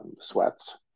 sweats